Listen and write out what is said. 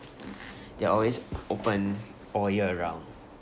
they're always open all year around